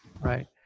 Right